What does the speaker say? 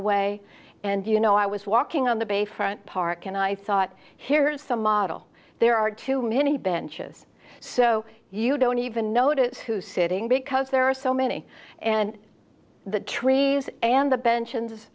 away and you know i was walking on the bayfront park and i thought here's some model there are too many benches so you don't even notice who's sitting because there are so many and the trees and the ben